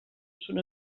són